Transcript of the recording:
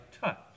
touch